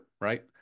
right